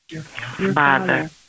father